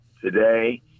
today